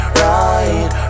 right